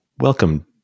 welcome